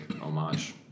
homage